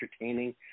entertaining